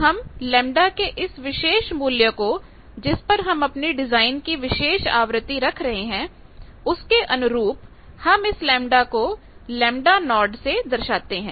तो हम λ के इस विशेष मूल्य को जिस पर हम अपनी डिजाइन की विशेष आवृत्ति रख रहे हैं उसके अनुरूप हम इस λ को λ0 से दर्शाते हैं